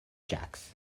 jacks